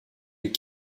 les